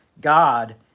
God